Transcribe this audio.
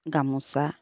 গামোচা